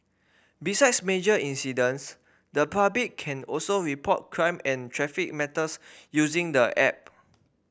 besides major incidents the public can also report crime and traffic matters using the app